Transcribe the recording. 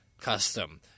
custom